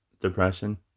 depression